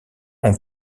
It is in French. ont